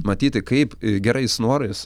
matyti kaip gerais norais